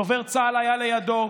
דובר צה"ל היה לידו,